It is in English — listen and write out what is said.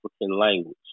language